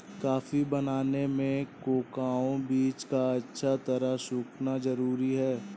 coffee बनाने में cocoa बीज का अच्छी तरह सुखना जरूरी है